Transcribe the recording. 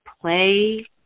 play